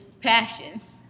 passions